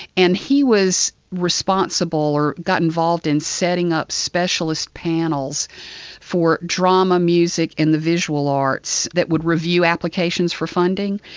and he was responsible or got involved in setting up specialist panels for drama, music and the visual arts that would review applications for funding.